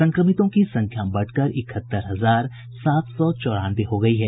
संक्रमितों की संख्या बढ़कर इकहत्तर हजार सात सौ चौरानवे हो गयी है